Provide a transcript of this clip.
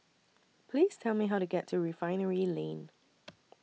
Please Tell Me How to get to Refinery Lane